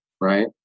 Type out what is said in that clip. Right